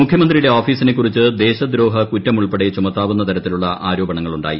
മുഖ്യമന്ത്രിയുടെ ഓഫീസിനെക്കുറിച്ച് ദേശദ്രോഹ കുറ്റമുൾപ്പെടെ ചുമത്താവുന്ന തരത്തിലുളള ആരോപണങ്ങളുണ്ടായി